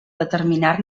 determinar